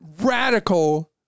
Radical